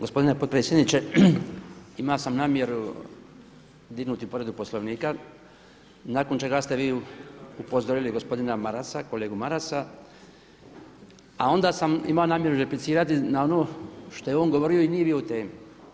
Gospodine potpredsjedniče, imao sam namjeru dignuti povredu Poslovnika nakon čega ste vi upozorili gospodina Marasa, kolegu Marasa, a onda sam imao namjeru replicirati na ono što je on govorio i nije bio u temi.